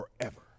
forever